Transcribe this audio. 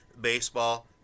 baseball